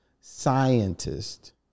scientist